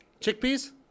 Chickpeas